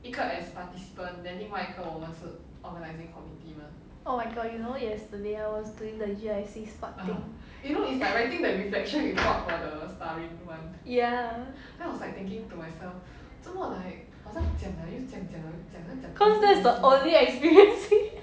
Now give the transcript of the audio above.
oh my god you know yesterday I was doing the G_I_C spot thing ya cause that's the only experience